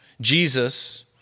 Jesus